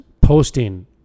posting